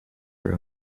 your